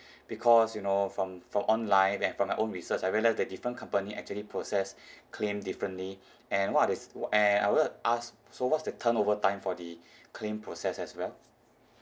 because you know from from online when from my own research I realised that different company actually process claim differently and what are the and I would like to ask so what's the turnover time for the claim process as well